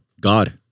God